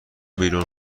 بیرون